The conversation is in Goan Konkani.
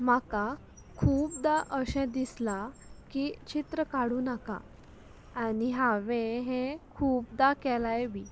म्हाका खुबदां अशें दिसलां की चित्र काडूं नाका आनी हांवें हे खुबदां केलाय बी